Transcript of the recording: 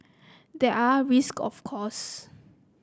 there are risk of course